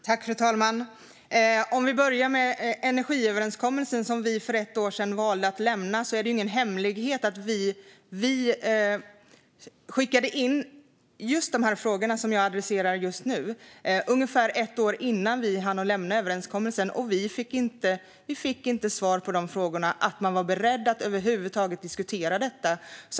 Fru talman! Om vi börjar med energiöverenskommelsen, som vi för ett år sedan valde att lämna, är det ingen hemlighet att vi skickade in just de frågor som jag adresserar nu ungefär ett år innan vi hann lämna överenskommelsen. Och vi fick inte svar på frågorna eller om man över huvud taget var beredd att diskutera detta.